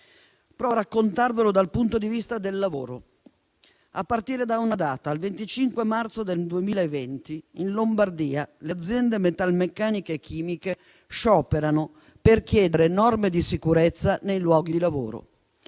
Provo a raccontarvelo dal punto di vista del lavoro, a partire dalla data del 25 marzo del 2020, quando in Lombardia le aziende metalmeccaniche e chimiche scioperarono per chiedere norme di sicurezza nei luoghi di lavoro.